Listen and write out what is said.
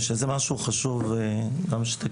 שזה משהו חשוב גם שתכירי.